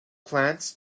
plants